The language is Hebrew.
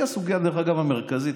זאת הסוגיה, דרך אגב, המרכזית.